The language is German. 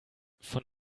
von